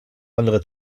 andere